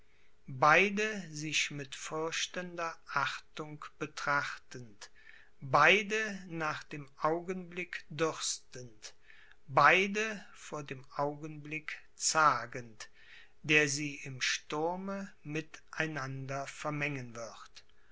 beide sich mit fürchtender achtung betrachtend beide nach dem augenblick dürstend beide vor dem augenblick zagend der sie im sturme mit einander vermengen wird